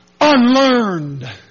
unlearned